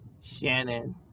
Shannon